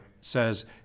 says